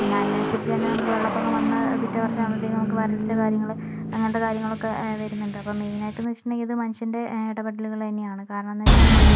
പിന്നെ അതിനനുസരിസിച്ചു തന്നെ നമ്മൾക്ക് വെള്ളപ്പൊക്കം വന്ന് പിറ്റേ വർഷം ആവുമ്പോഴത്തേക്കും നമുക്ക് വരൾച്ച കാര്യങ്ങൾ അങ്ങനത്തെ കാര്യങ്ങളൊക്കെ വരുന്നുണ്ട് അപ്പോൾ മെയിനായിട്ട് എന്നു വച്ചിട്ടിണ്ടെങ്കിൽ ഇത് മനുഷ്യൻ്റെ ഇടപെടലുകൾ തന്നെയാണ് കാരണം എന്നു വച്ചിട്ടുണ്ടെങ്കിൽ